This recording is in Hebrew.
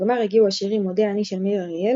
אל שלב הגמר הגיעו השירים "מודה אני" של מאיר אריאל